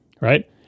right